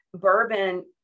bourbon